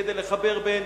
כדי לחבר בין